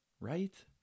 Right